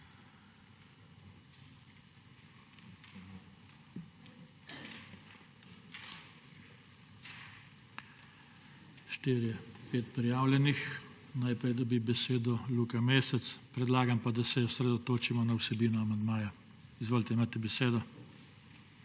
Pet je prijavljenih. Najprej dobi besedo Luka Mesec. Predlagam pa, da se osredotočimo na vsebino amandmaja. Izvolite, imate besedo.